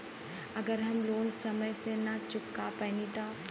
अगर हम लोन समय से ना चुका पैनी तब?